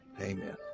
amen